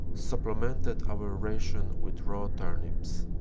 supple mented our ration with raw turnips.